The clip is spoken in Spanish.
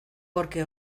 porque